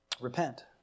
repent